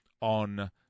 on